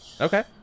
Okay